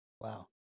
Wow